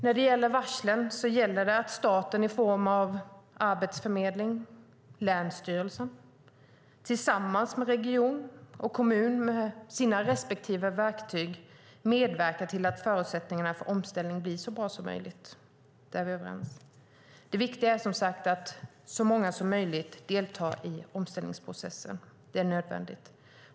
När det gäller varslen gäller det att staten i form av arbetsförmedling och länsstyrelse tillsammans med region och kommun med sina respektive verktyg medverkar till att förutsättningarna för omställning blir så bra som möjligt. Där är vi överens. Det viktiga är att så många som möjligt deltar i omställningsprocessen. Det är nödvändigt.